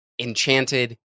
Enchanted